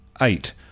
Eight